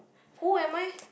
who am I